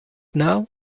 now